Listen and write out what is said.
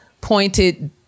pointed